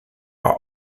are